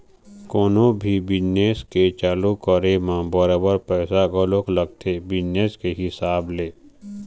कोनो भी बिजनेस के चालू करे म बरोबर पइसा घलोक लगथे बिजनेस के हिसाब ले